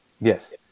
Yes